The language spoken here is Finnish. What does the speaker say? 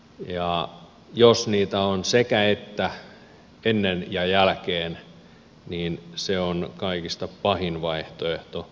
ja jos niitä on sekä että ennen ja jälkeen niin se on kaikista pahin vaihtoehto